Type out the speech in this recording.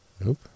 Nope